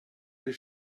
les